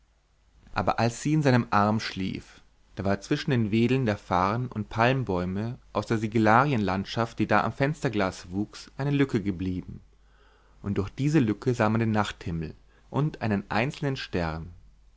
aber als sie in seinem arm schlief da war zwischen den wedeln der farn und palmbäume aus der sigillarienlandschaft die da am fensterglas wuchs eine lücke geblieben und durch diese lücke sah man den nachthimmel und einen einzelnen stern